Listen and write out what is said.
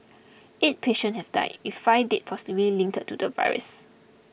eight patients have died with five deaths possibly linked to the virus